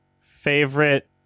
favorite